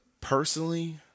personally